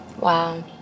Wow